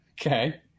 Okay